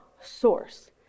source